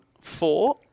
four